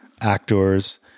actors